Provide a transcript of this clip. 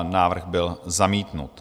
Návrh byl zamítnut.